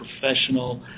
professional